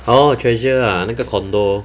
oh treasure ah 那个 condo